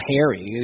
Harry